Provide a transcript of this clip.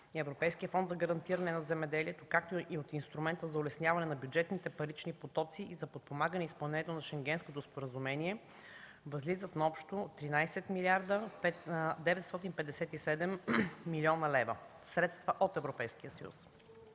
Европейския фонд за гарантиране на земеделието, както и в Инструмента за улесняване на бюджетните парични потоци и за подпомагане изпълнението на Шенгенското споразумение възлизат на общо 13 млрд. 957 млн. лв. – средства от Европейския съюз.